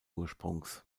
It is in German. ursprungs